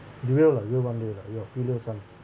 you will lah you'll one day lah you're a filial son